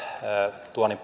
tuonnin